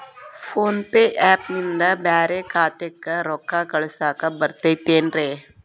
Phone pay app ನಿಂದ ಬ್ಯಾರೆ ಖಾತೆಕ್ ರೊಕ್ಕಾ ಕಳಸಾಕ್ ಬರತೈತೇನ್ರೇ?